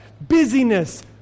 Busyness